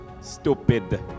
stupid